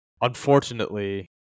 unfortunately